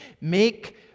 Make